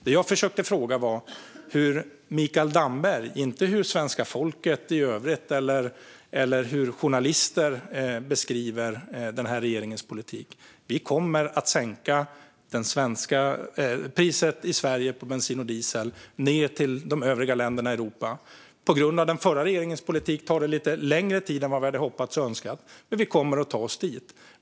Det jag försökte fråga var hur Mikael Damberg - inte svenska folket i övrigt eller journalister - beskriver den här regeringens politik. Vi kommer att sänka priset i Sverige på bensin och diesel ned till hur det är i de övriga länderna i Europa. På grund av den förra regeringens politik tar det lite längre tid än vad vi hade hoppats och önskat, men vi kommer att ta oss dit. Fru talman!